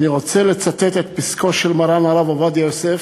אני רוצה לצטט את פסקו של מרן הרב עובדיה יוסף,